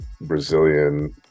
Brazilian